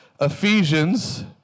Ephesians